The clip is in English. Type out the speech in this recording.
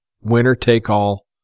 winner-take-all